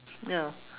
ya